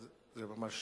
זה ממש